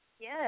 Yes